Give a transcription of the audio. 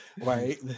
Right